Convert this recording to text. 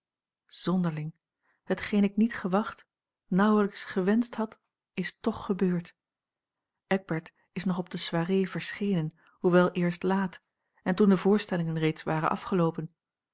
zonderling hetgeen ik niet gewacht nauwelijks gewenscht had is toch gebeurd eckbert is nog op de soirée verschenen hoewel eerst laat en toen de voorstellingen reeds waren afgeloopen